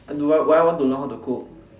do I would I want to learn how to cook